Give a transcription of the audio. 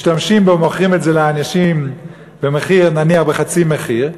משתמשים בו ומוכרים את זה לאנשים נניח בחצי מחיר,